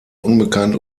unbekannt